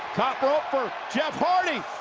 top rope for jeff hardy.